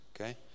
Okay